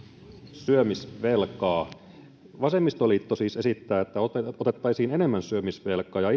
syömisvelkaa vasemmistoliitto siis esittää että otettaisiin enemmän syömisvelkaa ja